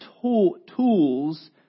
tools